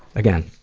again,